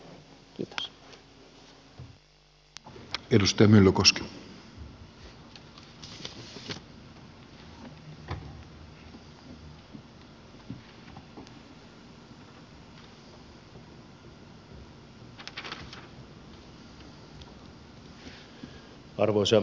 arvoisa herra puhemies